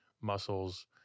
muscles